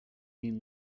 mean